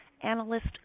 Analyst